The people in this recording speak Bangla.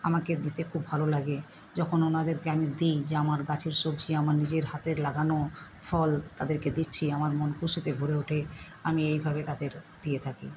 আমাকে দিতে খুব ভালো লাগে যখন ওনাদেরকে আমি দিই যে আমার গাছের সবজি আমার নিজের হাতের লাগানো ফল তাদেরকে দিচ্ছি আমার মন খুশিতে ভরে ওঠে আমি এইভাবে তাদের দিয়ে থাকি